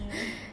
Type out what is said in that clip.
ya